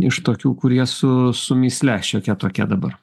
iš tokių kurie su su mįsle šiokia tokia dabar